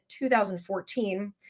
2014